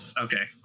Okay